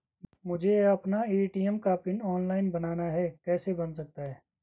मुझे अपना ए.टी.एम का पिन ऑनलाइन बनाना है कैसे बन सकता है?